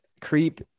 creep